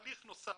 בבירור נוסף